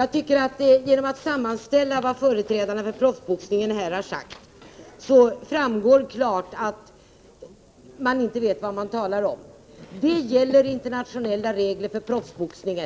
Av det företrädarna för proffsboxningen här har sagt framgår klart att de inte vet vad de talar om. Det finns internationella regler för proffsboxning,